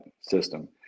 system